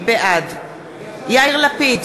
בעד יאיר לפיד,